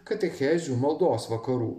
katechezių maldos vakarų